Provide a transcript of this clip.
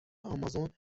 آمازون